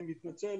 אני מתנצל,